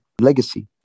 legacy